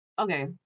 Okay